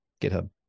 GitHub